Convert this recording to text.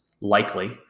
likely